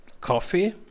coffee